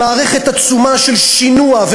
ומערכת עצומה של שינוע,